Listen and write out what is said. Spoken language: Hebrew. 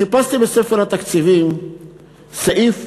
חיפשתי בספר התקציבים סעיף